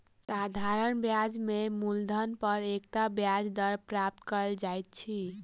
साधारण ब्याज में मूलधन पर एकता ब्याज दर प्राप्त कयल जाइत अछि